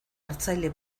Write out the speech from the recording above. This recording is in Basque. hartzaile